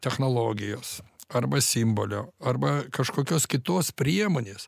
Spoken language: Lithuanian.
technologijos arba simbolio arba kažkokios kitos priemonės